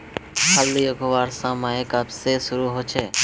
हल्दी उखरवार समय कब से शुरू होचए?